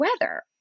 weather